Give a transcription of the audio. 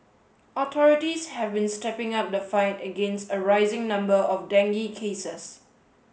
authorities have been stepping up the fight against a rising number of dengue cases